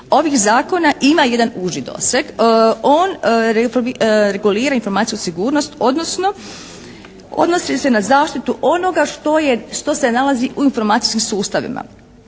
ovih zakona ima jedan uži doseg. On regulira informacijsku sigurnost odnosno odnosi se na zaštitu onoga što se nalazi u informacijskim sustavima.